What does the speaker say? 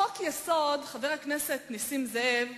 חבר הכנסת נסים זאב,